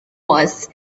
was